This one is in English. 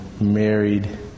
married